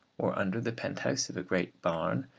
or under the penthouse of a great barn,